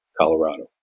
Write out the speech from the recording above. Colorado